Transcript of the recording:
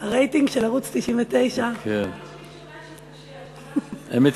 הרייטינג של ערוץ 99. אפשר להגיד